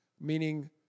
meaning